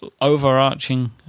overarching